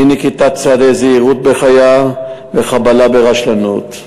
אי-נקיטת צעדי זהירות בחיה וחבלה ברשלנות.